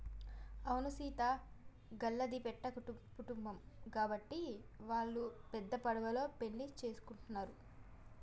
అవును సీత గళ్ళది పెద్ద కుటుంబం గాబట్టి వాల్లు పెద్ద పడవలో పెండ్లి సేసుకుంటున్నరు